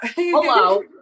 Hello